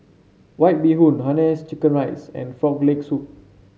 White Bee Hoon Hainanese Chicken Rice and Frog Leg Soup